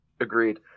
Agreed